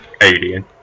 alien